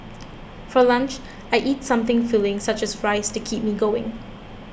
for lunch I eat something filling such as rice to keep me going